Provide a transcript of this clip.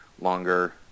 longer